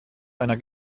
einer